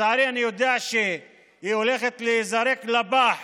לצערי היא הולכת להיזרק לפח